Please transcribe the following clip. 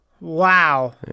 Wow